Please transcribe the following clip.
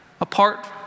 apart